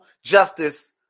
Justice